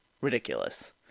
ridiculous